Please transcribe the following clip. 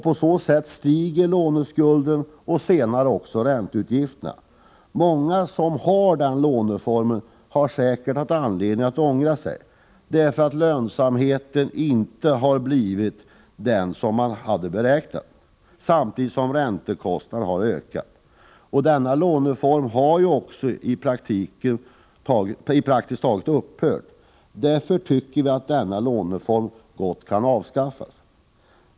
På så sätt stiger låneskulden och senare också ränteutgifterna. Många som har den låneformen har säkert haft anledning att ångra sig på grund av att lönsamheten inte har blivit den beräknade, samtidigt som räntekostnaderna har ökat. Denna låneform har också praktiskt taget upphört. Därför tycker vi att låneformen gott kan avskaffas.